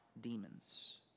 demons